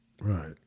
Right